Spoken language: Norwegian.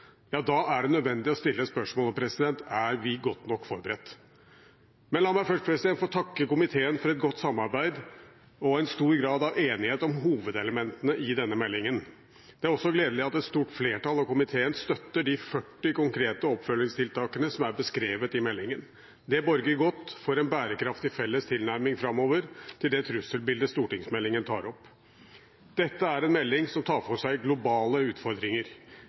er det nødvendig å stille seg spørsmålet: Er vi godt nok forberedt? Men la meg først få takke komiteen for et godt samarbeid og en stor grad av enighet om hovedelementene i denne meldingen. Det er også gledelig at et stort flertall av komiteen støtter de 40 konkrete oppfølgingstiltakene som er beskrevet i meldingen. Det borger godt for en bærekraftig felles tilnærming framover til det trusselbildet stortingsmeldingen tar opp. Dette er en melding som tar for seg globale utfordringer.